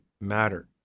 Matter